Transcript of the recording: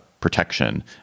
protection